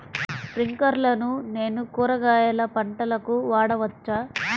స్ప్రింక్లర్లను నేను కూరగాయల పంటలకు వాడవచ్చా?